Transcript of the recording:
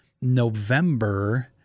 November